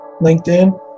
LinkedIn